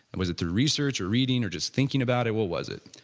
was it the research or reading or just thinking about it, what was it?